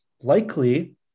Likely